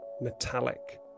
metallic